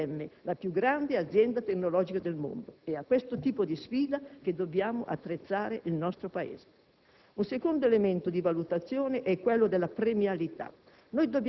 di IBM, la più grande azienda tecnologica del mondo. È a questo tipo di sfida che dobbiamo attrezzare il Paese. Un secondo elemento di valutazione è quello della premialità: